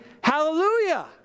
hallelujah